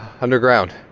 underground